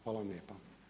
Hvala vam lijepa.